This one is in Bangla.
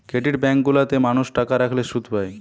ক্রেডিট বেঙ্ক গুলা তে মানুষ টাকা রাখলে শুধ পায়